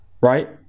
Right